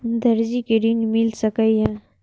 दर्जी कै ऋण मिल सके ये?